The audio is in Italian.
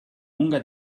lunga